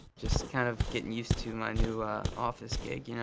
just kind of getting used to my new office gig, you know?